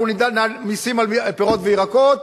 נדאג להטיל מסים על פירות וירקות,